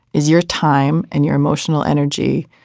is your time and your emotional energy.